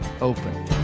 open